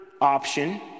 option